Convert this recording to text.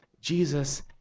Jesus